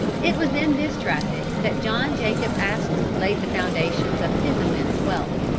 it was in this traffic that john jacob astor laid the foundations of his immense wealth.